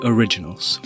Originals